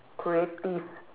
creative